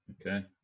okay